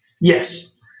Yes